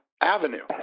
Avenue